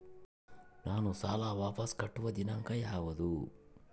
ನಾನು ಸಾಲ ವಾಪಸ್ ಕಟ್ಟುವ ದಿನಾಂಕ ಯಾವುದು?